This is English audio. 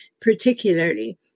particularly